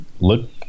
look